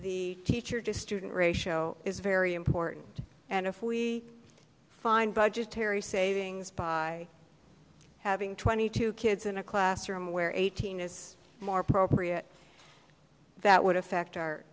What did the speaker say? the teacher to student ratio is very important and if we find budgetary savings by having twenty two kids in a classroom where eighteen is more appropriate that would affect our